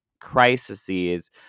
crises